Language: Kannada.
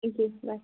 ಹ್ಞೂ ಹ್ಞೂ ಬಾಯ್